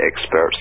experts